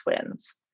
twins